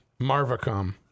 Marvacom